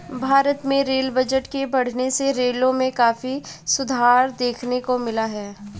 भारत में rail budget के बढ़ने से रेलों में काफी सुधार देखने को मिला है